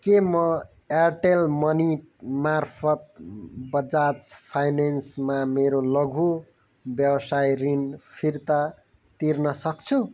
के म Airtel money मार्फत बजाज फाइनेन्समा मेरो लघु व्यवसाय ऋण फिर्ता तिर्न सक्छु